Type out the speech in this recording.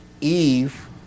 Eve